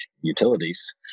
utilities